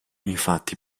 infatti